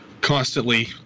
constantly